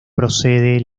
procede